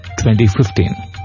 2015